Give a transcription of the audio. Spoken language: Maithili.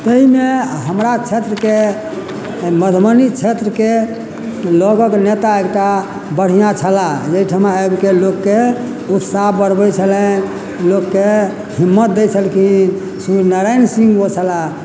ताहिमे हमरा क्षेत्रके मधुबनी क्षेत्रके लोगक नेता एकटा बढ़िऑं छलाह जाहिठमा आबिके लोकके उत्साह बढ़बै छलखिन लोकके हिम्मत दै छलखिन सूर्य नारायण सिंह ओ छलाह